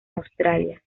australia